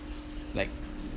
like